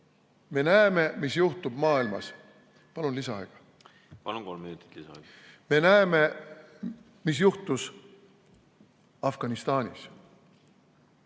Me näeme, mis juhtub maailmas. Palun lisaaega! Palun! Kolm minutit lisaaega. Me näeme, mis juhtus Afganistanis.